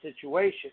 situation